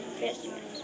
Christmas